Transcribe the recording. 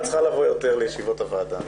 את צריכה לבוא יותר לישיבות הוועדה,